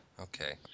Okay